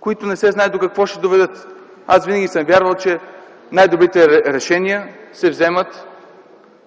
които не се знае до какво ще доведат. Аз винаги съм вярвал, че най-добрите решения се вземат